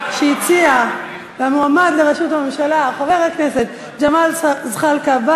שהציעה כמועמד לראשות הממשלה את חבר הכנסת ג'מאל זחאלקה,